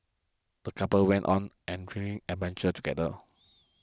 the couple went on an adventure together